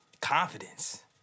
Confidence